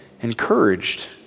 encouraged